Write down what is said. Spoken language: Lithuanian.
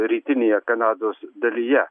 rytinėje kanados dalyje